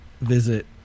visit